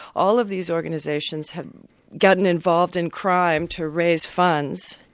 all of these organisations have gotten involved in crime to raise funds,